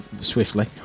swiftly